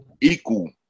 equal